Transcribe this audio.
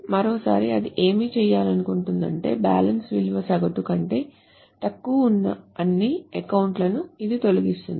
మరోసారి అది ఏమి చేయాలను కుంటుందంటే బ్యాలెన్స్ విలువ సగటు కంటే తక్కువగా ఉన్న అన్ని అకౌంట్ లను ఇది తొలగిస్తుంది